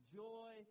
joy